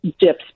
dips